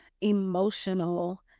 emotional